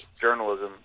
Journalism